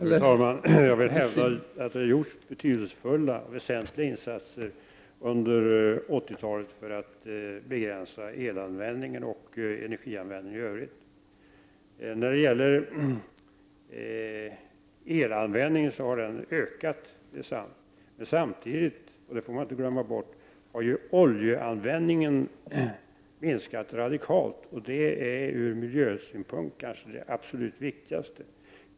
Fru talman! Jag vill hävda att det har gjorts betydelsefulla och väsentliga insatser under 80-talet för att begränsa elanvändningen och energianvändningen i övrigt. Det är riktigt att elanvändningen har ökat. Samtidigt har dock — det får man inte glömma bort — oljeanvändningen minskat radikalt. Ur miljösynpunkt är det kanske det allra viktigaste.